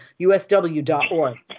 usw.org